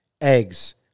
Eggs